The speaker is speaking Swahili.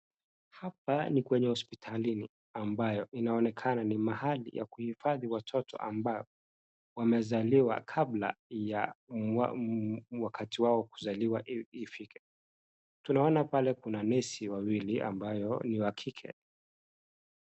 Hapo ni kwenye hopsitalini ambayo inaonekana ni mahali ya kuhifadhi watoto ambao wamezaliwa kabla ya wakati wao kuzaliwa ifike. Tunaona pale kuna nesi wawili ambayo ni wa kike.